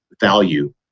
value